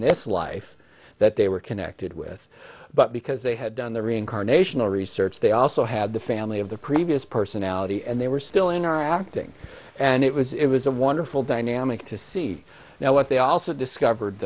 this life that they were connected with but because they had done the reincarnation or research they also had the family of the previous personality and they were still in our acting and it was it was a wonderful dynamic to see now what they also discovered